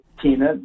Tina